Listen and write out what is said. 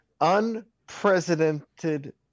unprecedented